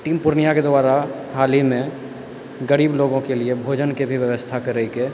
team पूर्णियाके द्वारा हालहिमे गरीब लोकोके लिए भोजनके भी बेबस्था करैके